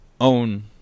own